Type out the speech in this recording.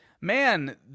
man